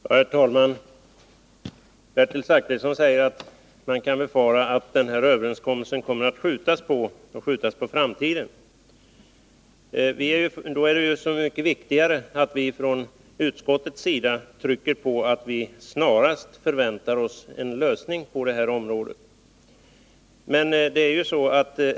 Herr talman! Bertil Zachrisson säger att man kan befara att denna överenskommelse kommer att skjutas på framtiden. Då är det ju så mycket viktigare att vi från utskottets sida trycker på att vi förväntar oss en lösning på det här området snarast.